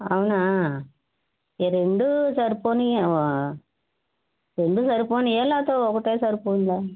అవునా ఈ రెండూ సరిపోయాయా రెండూ సరిపోయాయా లేకపోతే ఒకటే సరిపోయిందా